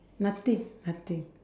nothing nothing